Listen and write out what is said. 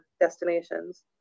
destinations